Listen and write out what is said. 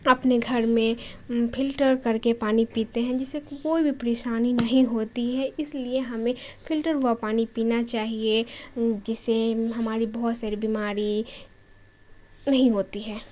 اپنے گھر میں فلٹر کر کے پانی پیتے ہیں جس سے کوئی بھی پریشانی نہیں ہوتی ہے اس لیے ہمیں فلٹر ہوا پانی پینا چاہیے جس سے ہماری بہت ساری بیماری نہیں ہوتی ہے